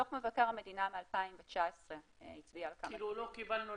דוח מבקר המדינה מ-2019 הצביע על --- כאילו לא קיבלנו,